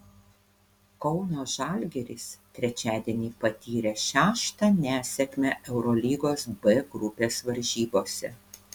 kauno žalgiris trečiadienį patyrė šeštą nesėkmę eurolygos b grupės varžybose